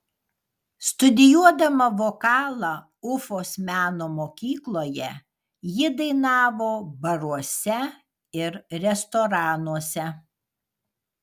studijuodama vokalą ufos meno mokykloje ji dainavo baruose ir restoranuose